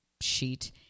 sheet